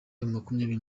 makumyabiri